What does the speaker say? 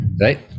Right